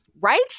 right